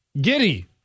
giddy